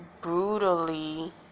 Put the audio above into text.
brutally